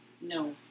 No